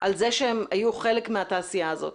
על זה שהם היו חלק מהתעשייה הזאת?